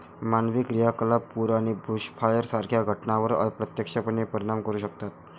मानवी क्रियाकलाप पूर आणि बुशफायर सारख्या घटनांवर अप्रत्यक्षपणे परिणाम करू शकतात